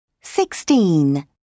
Sixteen